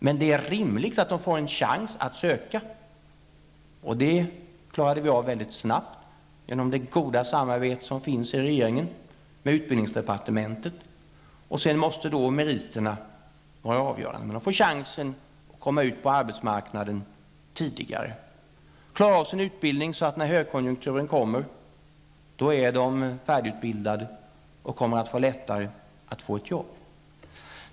Men det är rimligt att de får en chans att söka, och det klarade vi av mycket snabbt genom det goda samarbete som finns mellan regeringen och utbildningsdepartementet. Men sedan måste meriterna vara avgörande. De får alltså chansen att komma ut på arbetsmarknaden tidigare, att klara av sin utbildning så att de, när högkonjunkturen kommer, är färdigutbildade och kommer att ha lättare att få ett jobb.